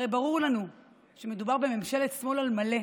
הרי ברור לנו שמדובר בממשלת שמאל על מלא,